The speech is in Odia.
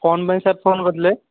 କ'ଣ ପାଇଁ ସାର୍ ଫୋନ କରିଥିଲେ